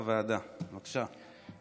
חבר הוועדה, בבקשה.